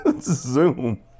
Zoom